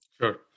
Sure